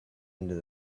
into